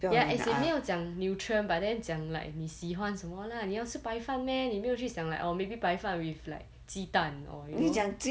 ya as a 没有讲 nutrient but then 讲 like 你喜欢什么 lah 你要是白饭 meh 你没有去想 like oh maybe 白饭 with like 鸡蛋 or you know